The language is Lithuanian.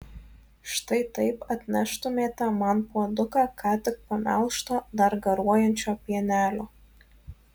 štai taip atneštumėte man puoduką ką tik pamelžto dar garuojančio pienelio